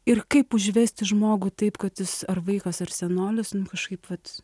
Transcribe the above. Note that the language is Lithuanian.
ir kaip užvesti žmogų taip kad jis ar vaikas ar senolis kažkaip vat